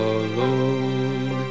alone